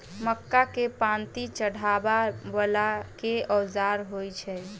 मक्का केँ पांति चढ़ाबा वला केँ औजार होइ छैय?